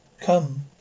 Come